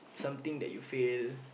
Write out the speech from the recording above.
something that you fail